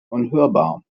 unhörbar